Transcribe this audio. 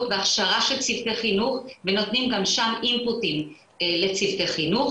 בהכשרה של צוותי חינוך ונותנים גם שם אינפוטים לצוותי חינוך,